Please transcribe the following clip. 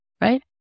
right